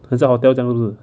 很像 hotel 这样是不是